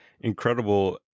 incredible